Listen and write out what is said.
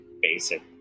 basic